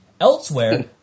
Elsewhere